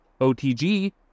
OTG